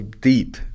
deep